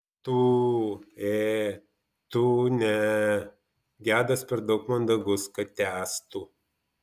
tu ė tu ne gedas per daug mandagus kad tęstų